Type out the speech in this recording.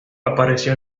apareció